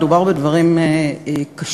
מדובר בדברים קשים,